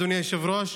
אדוני היושב-ראש.